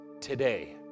today